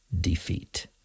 defeat